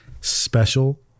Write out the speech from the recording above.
special